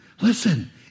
Listen